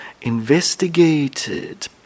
investigated